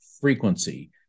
frequency